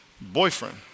boyfriend